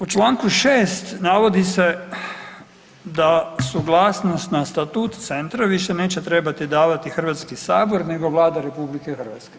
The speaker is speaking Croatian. U čl. 6. navodi se da suglasnost na statut centra više neće trebati davati HS nego Vlada RH.